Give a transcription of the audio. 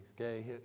Okay